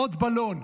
עוד בלון.